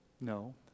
No